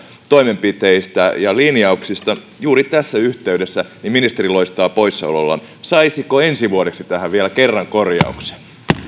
toimenpiteistä ja linjauksista juuri tässä yhteydessä niin ministeri loistaa poissaolollaan saisiko ensi vuodeksi tähän vielä kerran korjauksen